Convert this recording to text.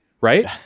right